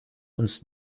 uns